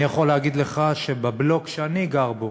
אני יכול להגיד לך שבבלוק שאני גר בו,